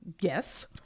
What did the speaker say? Yes